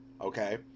okay